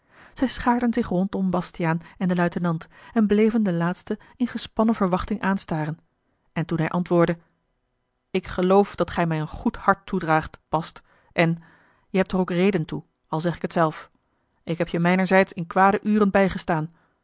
zij schaarden zich rondom bastiaan en den luitenant en bleven den laatste in gespannen verwachting aanstaren toen hij antwoordde ik geloof dat gij mij een goed hart toedraagt bast en je hebt er ook reden toe al zeg ik het zelf ik heb je mijnerzijds in kwade uren bijgestaan